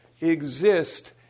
exist